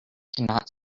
cannot